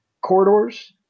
corridors